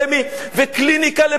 וקליניקה לפליט?